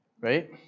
Right